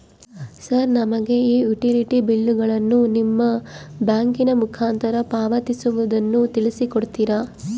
Sir ನಮಗೆ ಈ utility ಬಿಲ್ಲುಗಳನ್ನು ನಿಮ್ಮ ಬ್ಯಾಂಕಿನ ಮುಖಾಂತರ ಪಾವತಿಸುವುದನ್ನು ತಿಳಿಸಿ ಕೊಡ್ತೇರಾ?